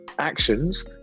actions